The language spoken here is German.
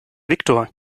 viktor